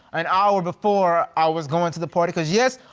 an hour before, i was going to the party, cause, yes,